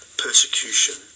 persecution